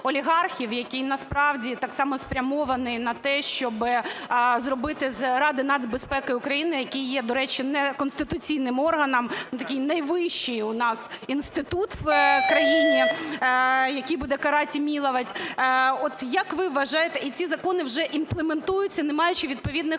який насправді так само спрямований на те, щоб зробити з Ради нацбезпеки України, яка є, до речі, неконституційним органом, ну такий найвищий у нас інститут у країні, який буде карать и миловать. От як ви вважаєте, і ці закони вже імплементуються, не маючи відповідних